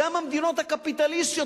גם המדינות הקפיטליסטיות,